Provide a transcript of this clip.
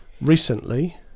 Recently